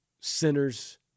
sinners